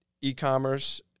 e-commerce